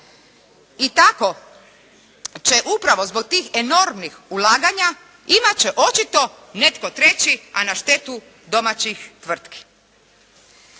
I tako će upravo zbog tih enormnih ulaganja imat će očito netko treći, a na štetu domaćih tvrtki.